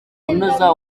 kunoza